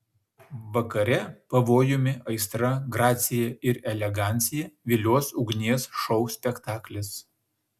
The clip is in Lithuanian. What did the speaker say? vakare pavojumi aistra gracija ir elegancija vilios ugnies šou spektaklis